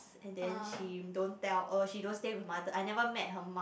and then she don't tell uh she don't stay with her mother I never met her mum